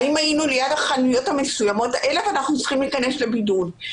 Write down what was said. האם היינו ליד החנויות מסוימות האלה ואנחנו צריכים להיכנס לבידוד?